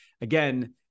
again